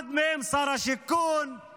אחד מהם שר השיכון,